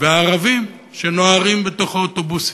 והערבים שנוהרים בתוך האוטובוסים.